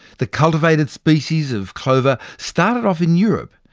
the cultivated species of clover started off in europe,